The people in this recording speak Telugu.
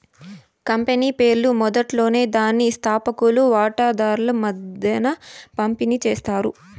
కంపెనీ షేర్లు మొదట్లోనే దాని స్తాపకులు వాటాదార్ల మద్దేన పంపిణీ చేస్తారు